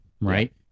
right